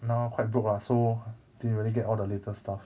那块 broke lah so didn't really get all the latest stuff